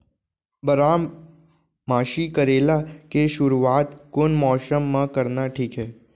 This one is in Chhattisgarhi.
बारामासी करेला के शुरुवात कोन मौसम मा करना ठीक हे?